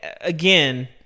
Again